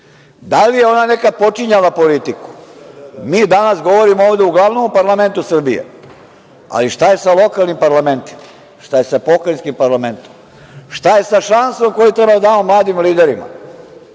5%.Da li je ona nekada počinjala politiku? Mi danas govorimo ovde uglavnom u parlamentu Srbije. Ali, šta je sa lokalnim parlamentima, šta je sa pokrajinskim parlamentom, šta je sa šansom koju treba da damo mladim liderima